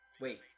Wait